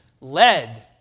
led